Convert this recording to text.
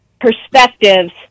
perspectives